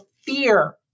fear